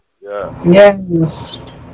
Yes